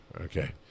Okay